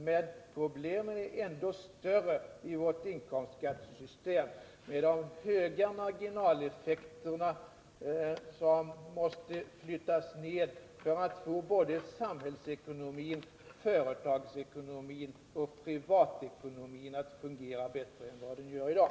Men problemen är ändå större i vårt inkomstskattesystem med de höga marginalskatterna; de måste flyttas ned för att man skall få samhällsekonomin, företagsekonomin och privatekonomin att fungera bättre än i dag.